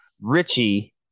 Richie